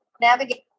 navigate